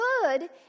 Good